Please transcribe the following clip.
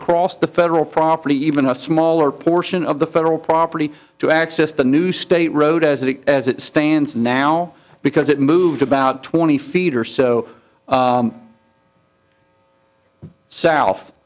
across the federal property even a smaller portion of the federal property to access the new state road as it as it stands now because it moved about twenty feet or so